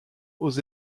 aux